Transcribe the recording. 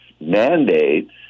mandates